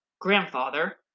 grandfather